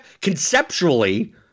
Conceptually